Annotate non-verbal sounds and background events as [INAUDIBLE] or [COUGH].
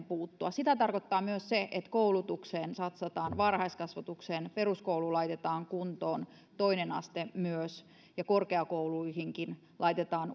[UNINTELLIGIBLE] puuttua sitä tarkoittaa myös se että koulutukseen satsataan varhaiskasvatukseen satsataan peruskoulu laitetaan kuntoon toinen aste myös ja korkeakouluihinkin laitetaan [UNINTELLIGIBLE]